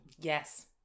yes